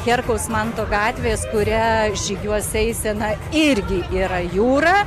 herkaus manto gatvės kuria žygiuos eisena irgi yra jūra